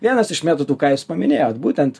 vienas iš metodų ką jūs paminėjot būtent